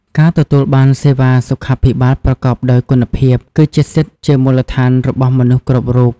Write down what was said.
ការទទួលបានសេវាសុខាភិបាលប្រកបដោយគុណភាព គឺជាសិទ្ធិជាមូលដ្ឋានរបស់មនុស្សគ្រប់រូប។